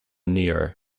nero